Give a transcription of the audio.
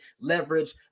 leverage